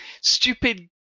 stupid